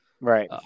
Right